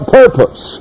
purpose